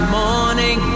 morning